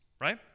right